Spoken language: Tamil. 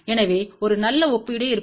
எனவே ஒரு நல்ல ஒப்பீடு இருக்கும்